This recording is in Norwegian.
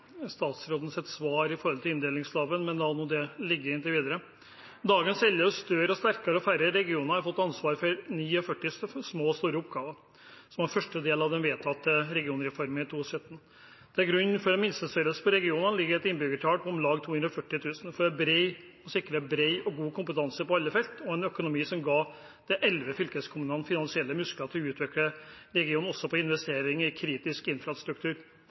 svar med hensyn til inndelingsloven, men la nå det ligge inntil videre. Dagens elleve større, sterkere og færre regioner har fått ansvar for 49 små og store oppgaver, som en første del av den vedtatte regionreformen i 2017. Til grunn for en minstestørrelse på regionene ligger et innbyggertall på om lag 240 000, for å sikre bred og god kompetanse på alle felt og en økonomi som gir de elleve fylkeskommunene finansielle muskler til å utvikle regionen også med tanke på investeringer i kritisk infrastruktur.